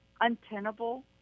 untenable